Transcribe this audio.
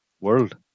World